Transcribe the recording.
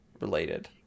related